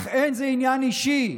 אך אין זה עניין אישי,